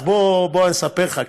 אז בוא אני אספר לך קצת: